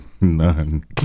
None